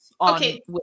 Okay